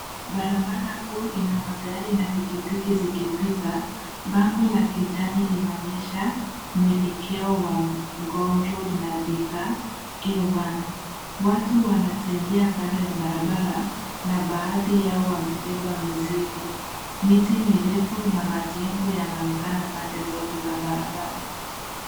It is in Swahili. Barabara kuu ina magari na pikipiki zikipita. Bango la kijani inaonyesha mwelekeo wa Ngong Road na Thika A1 . Watu wanatembea kando ya barabara na baadhi yao wamebeba mizigo. Miti mirefu na majengo yanaonekana pande zote za barabara.